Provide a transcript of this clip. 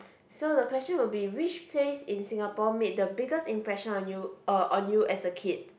so the question would be which place in Singapore made the biggest impression on you uh on you as a kid